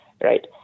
right